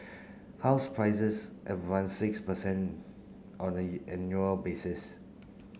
house prices advanced six per cent on the an annual basis